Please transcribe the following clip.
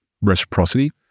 reciprocity